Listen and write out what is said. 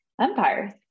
empires